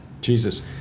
Jesus